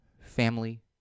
Family